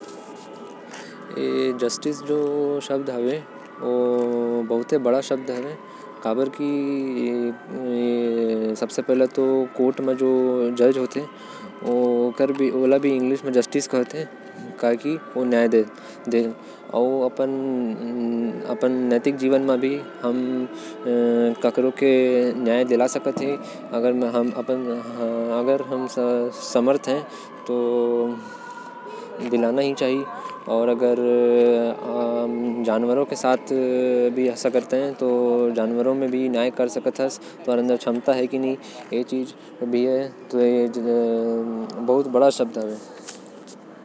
न्याय शब्द से मोके ए समझ मे आएल। की हमन ला जरूरत मन के न्याय दिलाये खातिर लड़ना चाही। न्याय सबला मिलना चाही। न्याय मिलना सबकर हक म आथे।